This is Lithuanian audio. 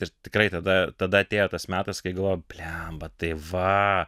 ir tikrai tada tada atėjo tas metas kai galvojau blemba tai va